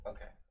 Okay